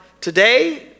today